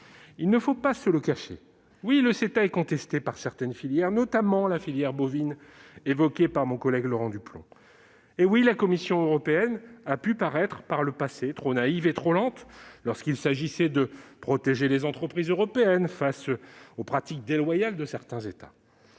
Il ne faut pas se le cacher : oui, le CETA est contesté par certaines filières, notamment la filière bovine, évoquée par mon collègue Laurent Duplomb. Oui, la Commission européenne a pu paraître, par le passé, trop naïve et trop lente lorsqu'il s'agissait de protéger les entreprises européennes face aux pratiques déloyales de certains États.